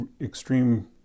extreme